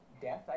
death